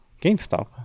GameStop